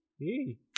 Hey